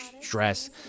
stress